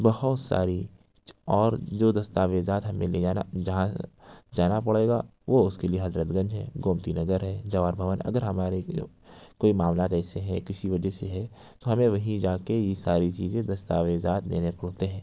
بہت ساری اور جو دستاویزات ہمیں لے جانا جہاں جانا پڑے گا وہ اس کے لیے حضرت گنج ہے گومتی نگر ہے جواہر بھون اگر ہمارے لیے کوئی معاملات ایسے ہیں کسی وجہ سے ہیں ہمیں وہی جاکے یہ ساری چیزیں دستاویزات دینے ہوتے ہیں